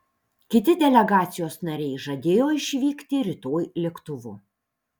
kiti delegacijos nariai žadėjo išvykti rytoj lėktuvu